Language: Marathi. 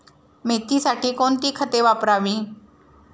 मेथीसाठी कोणती खते वापरावी?